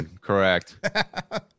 correct